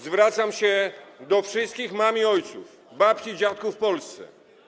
Zwracam się do wszystkich mam i ojców, babć i dziadków w Polsce.